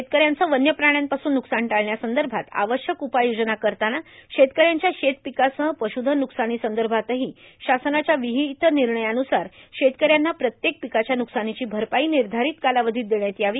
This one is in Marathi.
शेतकऱ्यांचं वन्न्यप्राण्यांपासून न्कसान टाळण्यासंदभात आवश्यक उपाययोजना करताना शेतकऱ्यांच्या शेर्तापकासह पश्धन न्कसानीसंदभातहो शासनाच्या र्वाहत र्निणयान्सार शेतकऱ्यांना प्रत्येक र्पिकाच्या न्कसानीची भरपाई र्भार्धारत कालावधीत देण्यात यावी